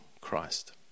Christ